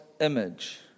image